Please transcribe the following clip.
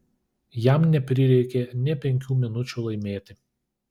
jam neprireikė nė penkių minučių laimėti